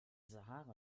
sahara